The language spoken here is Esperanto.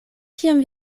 kiam